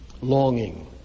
longing